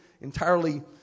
entirely